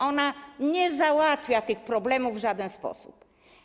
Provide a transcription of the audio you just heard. Ona nie załatwia tych problemów w żaden sposób.